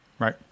Right